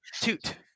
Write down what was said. toot